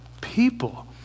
people